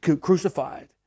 crucified